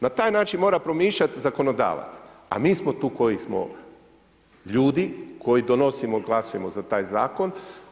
Na taj način mora promišljati zakonodavac, a mi smo tu koji smo ljudi, koji donosimo, glasujemo za taj zakon.